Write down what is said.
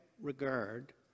regard